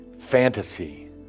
Fantasy